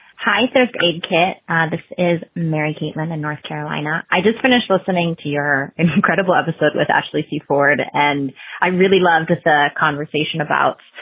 hi. sort of aid kit. and this is mary caitlynn in north carolina. i just finished listening to your incredible episode with actually see ford and i really love this ah conversation about